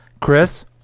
Chris